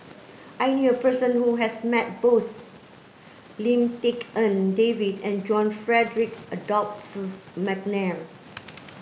I knew a person who has met both Lim Tik En David and John Frederick Adolphus McNair